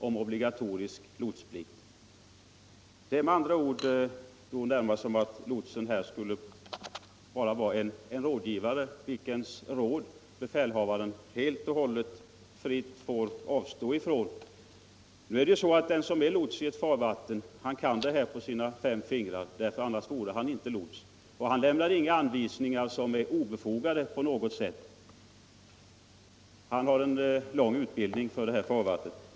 Befälhavaren har själv upphävt obligatoriet, och lotsen har med andra ord blivit en rådgivare, vars råd befälhavaren fritt avstår från. Den som tjänstgör som lots har en lång utbildning och kan farvattnet på sina fem fingrar. Annars vore han inte lots. Han lämnar inga anvisningar som är obefogade.